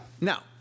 Now